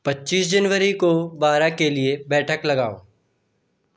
पच्चीस जनवरी को बारह के लिए बैठक लगाओ